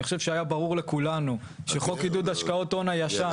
אני חושב שהיה ברור לכולנו שחוק עידוד השקעות הון הישן,